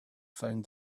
found